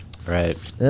Right